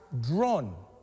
drawn